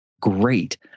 Great